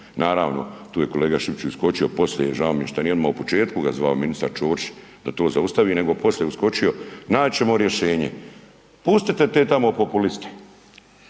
Naravno, tu je kolega Šipić iskočio poslije, žao mi je što nije odmah u početku ga zvao ministar Čorić da to zaustavi, nego poslije uskočio, naći ćemo rješenje. Pustite te tamo populiste.